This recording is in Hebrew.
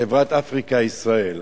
"חברת אפריקה ישראל",